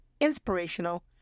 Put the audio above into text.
inspirational